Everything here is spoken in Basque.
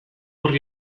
horri